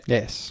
Yes